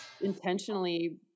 intentionally